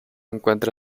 encuentra